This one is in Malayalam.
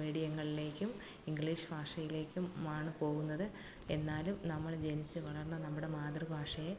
മീഡിയങ്ങളിലേക്കും ഇംഗ്ലീഷ് ഭാഷയിലേക്കും ആണ് പോകുന്നത് എന്നാലും നമ്മൾ ജനിച്ച് വളർന്ന നമ്മുടെ മാതൃഭാഷയെ